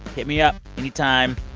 hit me up anytime.